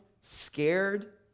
scared